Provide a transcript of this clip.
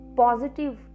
positive